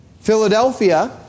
Philadelphia